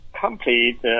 complete